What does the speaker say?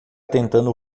tentando